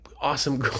awesome